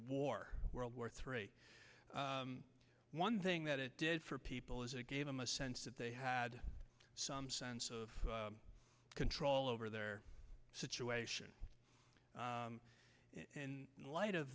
war world war three one thing that it did for people is it gave them a sense that they had some sense of control over their situation in light of